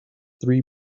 three